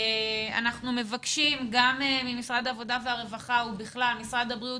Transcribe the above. אנחנו מבקשים גם ממשרד העבודה והרווחה ובכלל ממשרד הבריאות,